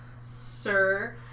sir